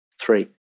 Three